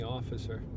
officer